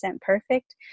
perfect